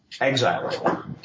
exile